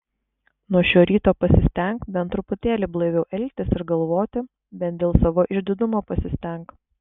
nuo šio ryto pasistenk bent truputėlį blaiviau elgtis ir galvoti bent dėl savo išdidumo pasistenk